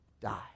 die